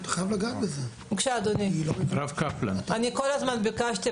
כל הזמן ביקשתי.